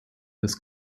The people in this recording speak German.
des